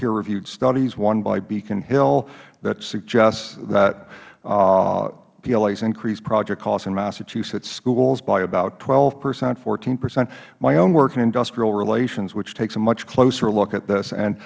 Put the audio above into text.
peer reviewed studies one by beacon hill that suggests that plas increased project costs in massachusetts schools by about twelve percent fourteen percent my own work in industrial relations which takes a much closer look at this and